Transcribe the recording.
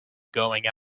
going